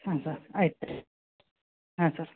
ಹಾಂ ಸರ್ ಆಯ್ತು ಸರಿ ಹಾಂ ಸರ್